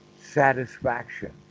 satisfaction